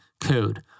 code